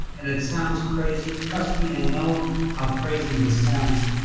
and it sounds crazy. trust me, i know how crazy this sounds.